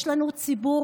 יש לנו ציבור,